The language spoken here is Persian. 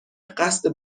قصد